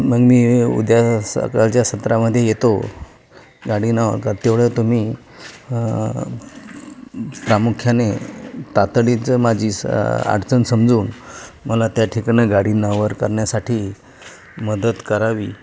मग मी उद्या सकाळच्या सत्रामध्ये येतो गाडी नाव कर तेवढं तुम्ही प्रामुख्याने तातडीचं माझी अडचण समजून मला त्या ठिकाणी गाडी नावावर करण्यासाठी मदत करावी